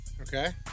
Okay